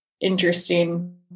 interesting